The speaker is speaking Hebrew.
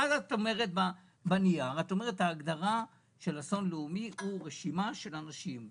ואז בנייר את אומרת - ההגדרה של אסון לאומי היא רשימה של אנשים.